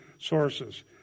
sources